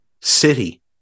City